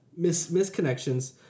Misconnections